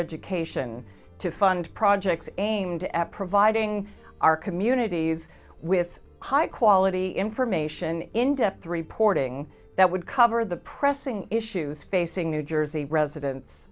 education to fund projects aimed at providing our communities with high quality information in depth reporting that would cover the pressing issues facing new jersey residents